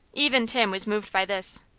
even tim was moved by this.